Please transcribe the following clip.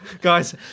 Guys